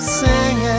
singing